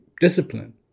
discipline